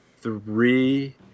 three